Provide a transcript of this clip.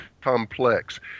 complex